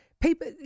people